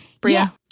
Bria